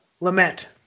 Lament